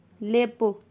ꯂꯦꯞꯄꯨ